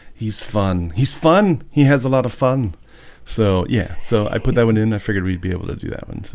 he's fun. he's fun. he has a lot of fun so yeah, so i put that one didn't i figured we'd be able to do that one.